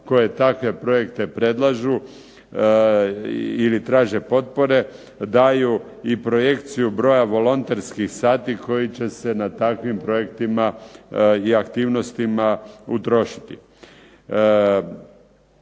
koje takve projekte predlažu ili traže potpore daju i projekciju broja volonterskih sati koji će se na takvim projektima i aktivnostima utrošiti.